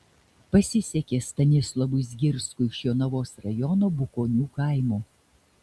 pasisekė stanislovui zgirskui iš jonavos rajono bukonių kaimo